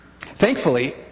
Thankfully